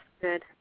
good